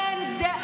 אסביר,